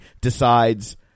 decides